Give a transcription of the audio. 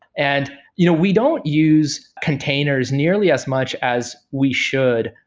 and you know we don't use containers nearly as much as we should.